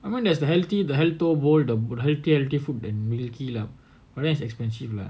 and then there's the healthy the health bowl the healthier healthier food been milky lah where's expensive lah